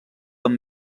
amb